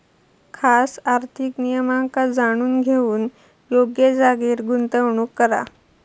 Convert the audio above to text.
खास आर्थिक नियमांका जाणून घेऊन योग्य जागेर गुंतवणूक करा